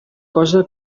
cosa